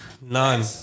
None